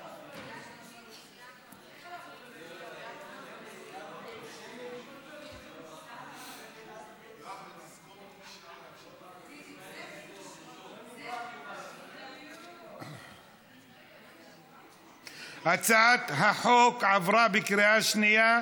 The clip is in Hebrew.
30. אנחנו מצביעים על סעיפים 8 12, בקריאה שנייה,